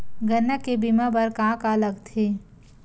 गन्ना के बीमा बर का का लगथे?